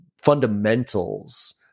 fundamentals